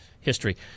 history